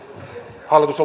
hallitus